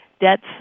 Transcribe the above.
debts